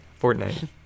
Fortnite